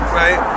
right